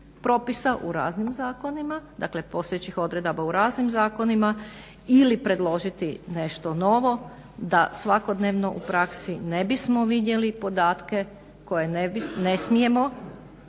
u raznim zakonima, dakle postojećih odredaba u raznim zakonima ili predložiti nešto novo da svakodnevno u praksi ne bismo vidjeli podatke koje ne smijemo,